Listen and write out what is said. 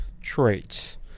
traits